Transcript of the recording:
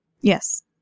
Yes